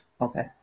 Okay